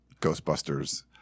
Ghostbusters